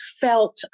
felt